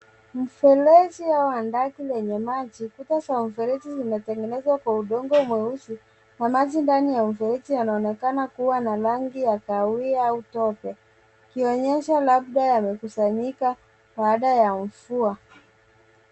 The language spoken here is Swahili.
Mfereji au handaki lenye maji. Kuta za mfereji zimetengenezwa kwa udongo mweusi na maji ndani ya mfereji yanaonekana kuwa na rangi ya kahawai au tope ikionyesha labda yamekusanyika baada ya mvua.